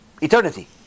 eternity